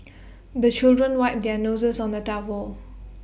the children wipe their noses on the towel